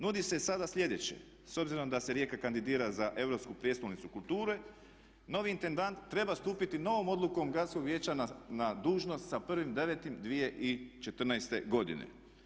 Nudi se sada slijedeće, s obzirom da se Rijeka kandidira za europsku prijestolnicu kulture, novi intendant treba stupiti novom odlukom Gradskog vijeća na dužnost sa 1.9.2014. godine.